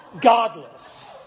godless